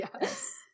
Yes